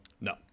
No